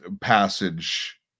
passage